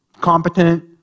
competent